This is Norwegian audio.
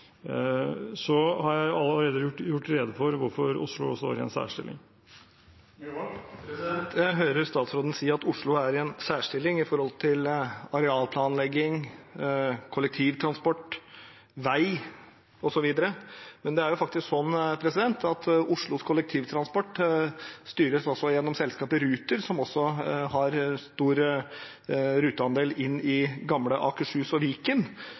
Så har jeg allerede gjort rede for hvorfor Oslo står i en særstilling. Jeg hører statsråden si at Oslo er i en særstilling når det gjelder arealplanlegging, kollektivtransport, vei osv. Men det er faktisk sånn at Oslos kollektivtransport styres gjennom selskapet Ruter, som også har stor ruteandel inn i gamle Akershus og Viken,